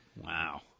Wow